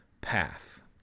path